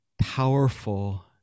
powerful